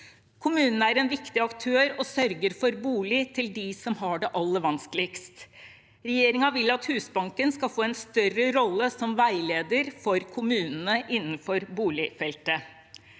Kommunen er en viktig aktør og sørger for bolig til dem som har det aller vanskeligst. Regjeringen vil at Husbanken skal få en større rolle som veileder for kommunene innenfor boligfeltet.